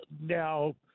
Now